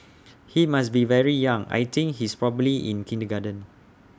he must be very young I think he's probably in kindergarten